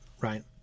right